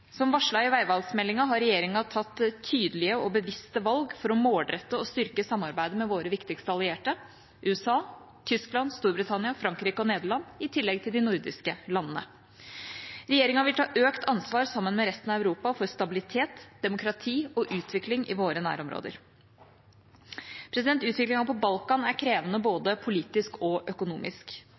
Som varslet i veivalgsmeldingen har regjeringa tatt tydelige og bevisste valg for å målrette og styrke samarbeidet med våre viktigste allierte – USA, Tyskland, Storbritannia, Frankrike og Nederland, i tillegg til de nordiske landene. Regjeringa vil ta økt ansvar sammen med resten av Europa for stabilitet, demokrati og utvikling i våre nærområder. Utviklingen på Balkan er krevende både politisk og økonomisk.